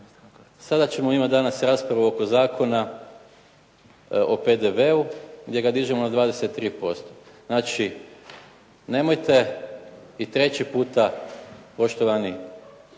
Sada ćemo imat danas raspravu oko Zakona o PDV-u gdje ga dižemo na 23%, znači nemojte i treći puta, poštovani